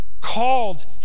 called